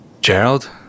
Gerald